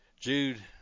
Jude